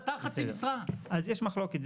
אז יש מחלוקת.